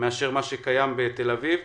לעומת מה שקיים בתל אביב.